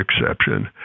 exception